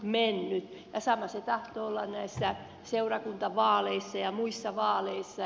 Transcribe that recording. sama se tahtoo olla näissä seurakuntavaaleissa ja muissa vaaleissa